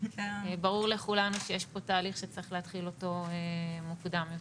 ברור לכולנו שיש פה תהליך שצריך להתחיל אותו מוקדם יותר.